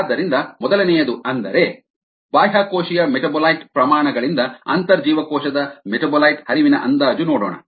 ಆದ್ದರಿಂದ ಮೊದಲನೆಯದನ್ನು ಅಂದರೆ ಬಾಹ್ಯಕೋಶೀಯ ಮೆಟಾಬೊಲೈಟ್ ಪ್ರಮಾಣ ಗಳಿಂದ ಅಂತರ್ಜೀವಕೋಶದ ಮೆಟಾಬೊಲೈಟ್ ಹರಿವಿನ ಅಂದಾಜು ನೋಡೋಣ